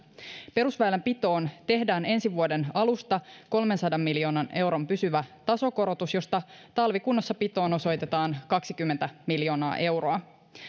perusväylänpitoon tehdään ensi vuoden alusta kolmensadan miljoonan euron pysyvä tasokorotus josta talvikunnossapitoon osoitetaan kaksikymmentä miljoonaa euroa